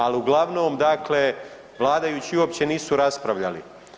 Ali uglavnom, dakle vladajući uopće nisu raspravljali.